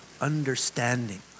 understanding